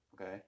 Okay